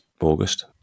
August